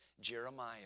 Jeremiah